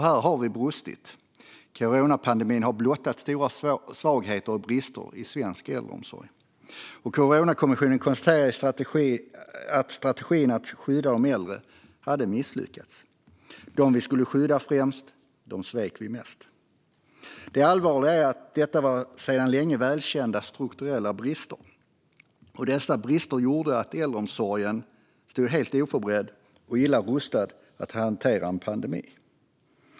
Här har vi brustit. Coronapandemin har blottat stora svagheter och brister i svensk äldreomsorg. Coronakommissionen konstaterar att strategin att skydda de äldre har misslyckats. Dem som vi skulle skydda främst svek vi mest. Det allvarliga är att detta var sedan länge välkända strukturella brister. Dessa brister gjorde att äldreomsorgen stod helt oförberedd och illa rustad att hantera en pandemi.